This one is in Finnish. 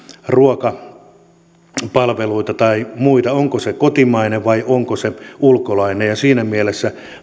ruokapalveluita tai muita kotimainen vai onko se ulkolainen siinä mielessä